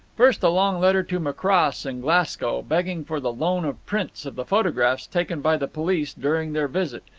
first a long letter to macross in glasgow, begging for the loan of prints of the photographs taken by the police during their visit,